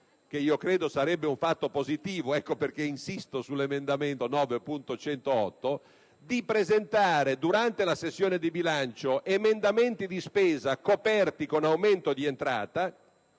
che credo sarebbe un fatto positivo, ecco perché insisto sull'emendamento 9.108 - di presentare durante la sessione di bilancio emendamenti di spesa coperti con aumento di entrata,